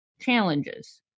challenges